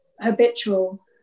habitual